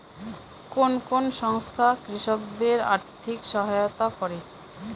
কোন কোন সংস্থা কৃষকদের আর্থিক সহায়তা করে?